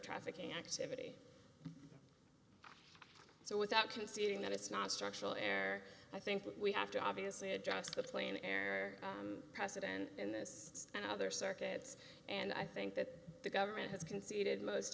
trafficking activity so without conceding that it's not structural air i think we have to obviously address the plane air precedent in this and other circuits and i think that the government has conceded most